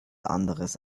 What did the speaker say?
anderes